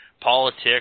politics